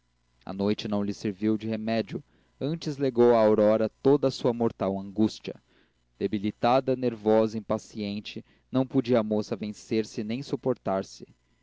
a noite não lhe serviu de remédio antes legou à aurora toda a sua mortal angústia debilitada nervosa impaciente não podia a moça vencer-se nem suportar se